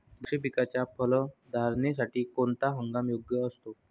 द्राक्ष पिकाच्या फलधारणेसाठी कोणता हंगाम योग्य असतो?